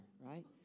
right